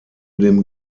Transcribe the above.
dem